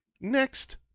next